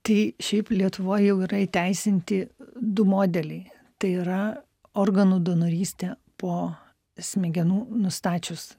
tai šiaip lietuvoj jau yra įteisinti du modeliai tai yra organų donorystė po smegenų nustačius